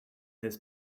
this